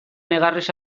negarrez